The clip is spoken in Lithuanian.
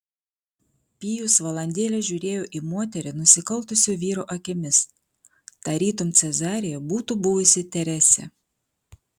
pijus valandėlę žiūrėjo į moterį nusikaltusio vyro akimis tarytum cezarija būtų buvusi teresė